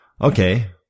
okay